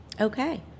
Okay